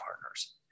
partners